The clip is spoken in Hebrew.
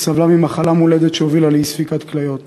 סבלה ממחלה מולדת שהובילה לאי-ספיקת כליות.